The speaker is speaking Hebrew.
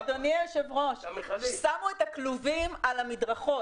לא, אדוני היושב-ראש, שמו את הכלובים על המדרכות.